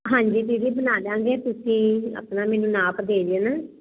ਹਾਂਜੀ ਦੀਦੀ ਜੀ ਬਣਾ ਦਾਂਗੇ ਤੁਸੀਂ ਆਪਣਾ ਮੈਨੂੰ ਨਾਪ ਦੇ ਜਾਣਾ